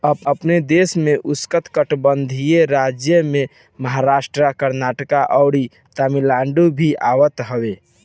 अपनी देश में उष्णकटिबंधीय राज्य में महाराष्ट्र, कर्नाटक, अउरी तमिलनाडु भी आवत हवे